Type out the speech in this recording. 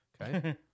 Okay